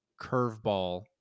curveball